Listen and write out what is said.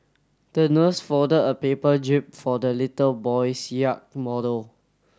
the nurse folded a paper jib for the little boy's yacht model